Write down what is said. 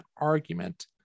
argument